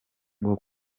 ngo